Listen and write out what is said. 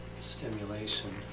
stimulation